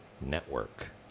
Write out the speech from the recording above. network